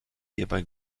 hierbei